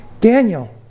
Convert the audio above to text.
Daniel